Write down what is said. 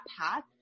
path